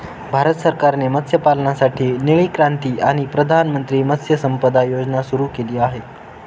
भारत सरकारने मत्स्यपालनासाठी निळी क्रांती आणि प्रधानमंत्री मत्स्य संपदा योजना सुरू केली आहे